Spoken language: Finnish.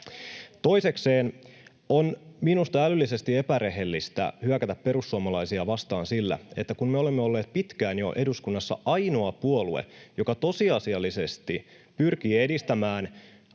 Toisekseen on minusta älyllisesti epärehellistä hyökätä perussuomalaisia vastaan sillä, että kun me olemme olleet jo pitkään eduskunnassa ainoa puolue, joka tosiasiallisesti pyrkii edistämään